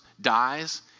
dies